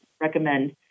recommend